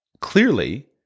Clearly